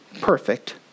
perfect